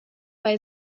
bei